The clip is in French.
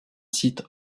site